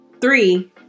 Three